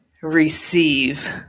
receive